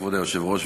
כבוד היושבת-ראש,